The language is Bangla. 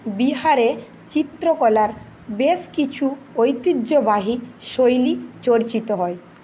বিহারে চিত্রকলার বেশ কিছু ঐতিহ্যবাহী শৈলী চর্চিত হয়